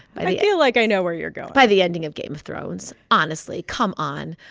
i feel like i know where you're going. by the ending of game of thrones. honestly, come on.